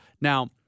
Now